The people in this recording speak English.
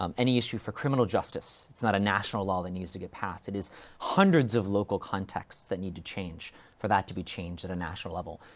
um any issue for criminal justice, it's not a national law that needs to get passed, it is hundreds of local contexts that need to change for that to be changed at a national level.